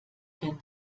denn